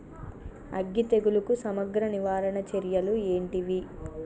అగ్గి తెగులుకు సమగ్ర నివారణ చర్యలు ఏంటివి?